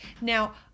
now